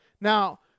Now